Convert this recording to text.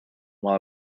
while